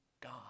God